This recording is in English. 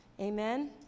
Amen